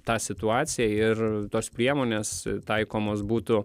tą situaciją ir tos priemonės taikomos būtų